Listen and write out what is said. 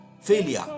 Failure